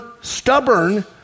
Stubborn